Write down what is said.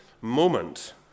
moment